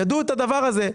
ידעו את הדבר הזה,